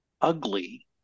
ugly